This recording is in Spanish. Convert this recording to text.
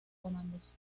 comandos